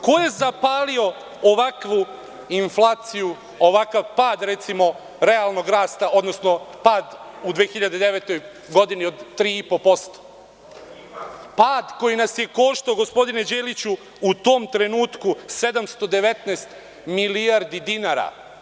Ko je zapalio ovakvu inflaciju, ovakav pad, recimo, realnog rasta, odnosno pad u 2009. godini od 3,5%, pad koji nas je koštao, gospodine Đeliću, u tom trenutku 719 milijardi dinara?